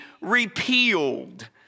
repealed